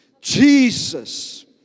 Jesus